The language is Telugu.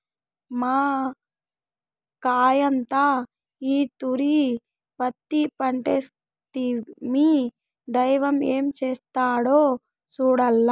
మాకయ్యంతా ఈ తూరి పత్తి పంటేస్తిమి, దైవం ఏం చేస్తాడో సూడాల్ల